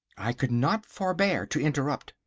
i could not forbear to interrupt.